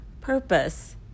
purpose